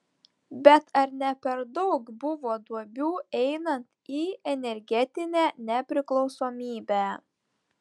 bet ar ne per daug buvo duobių einant į energetinę nepriklausomybę